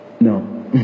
No